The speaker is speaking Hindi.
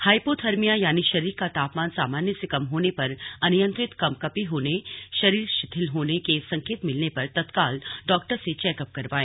हाइपोथर्मियां यानि शरीर का तापमान सामान्य से कम होने पर अनियंत्रित कंपकंपी होने शरीर शिथिल होने के संकेत मिलने पर तत्काल डॉक्टर से चेकअप कराएं